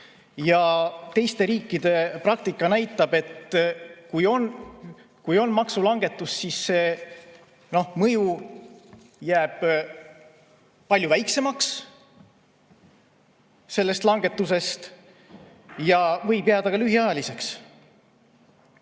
Ja teiste riikide praktika näitab, et kui on maksulangetus, siis see mõju jääb palju väiksemaks sellest langetusest ja võib jääda lühiajaliseks.